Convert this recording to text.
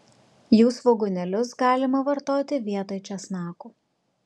jų svogūnėlius galima vartoti vietoj česnakų